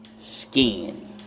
skin